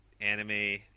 anime